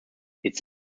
its